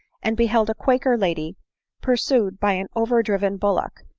and beheld a quaker lady pursued by an over-driven bullock,